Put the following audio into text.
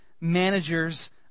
managers